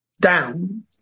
down